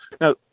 now